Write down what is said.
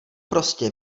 prostě